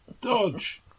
Dodge